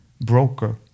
broker